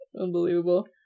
Unbelievable